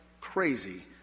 crazy